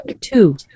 two